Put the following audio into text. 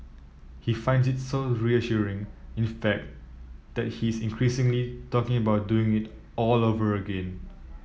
he finds it so reassuring in fact that he is increasingly talking about doing it all over again